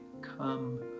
Come